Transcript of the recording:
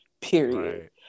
period